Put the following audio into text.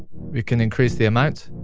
we can increase the amount.